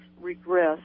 Regress